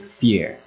fear